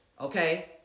Okay